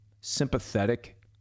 sympathetic